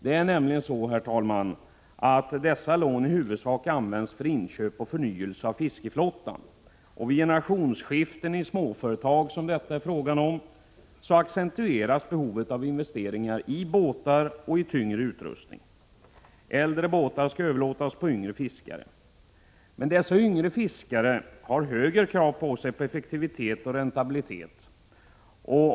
Det är nämligen så, herr talman, att dessa lån i huvudsak används för inköp och förnyelse av fiskeflottan. Vid generationsskiften i småföretag, som det här är fråga om, accentueras behovet av investeringar i båtar och tyngre utrustning. Äldre båtar skall överlåtas på yngre fiskare. Men dessa yngre fiskare har högre krav på sig på effektivitet och räntabilitet.